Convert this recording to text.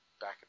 back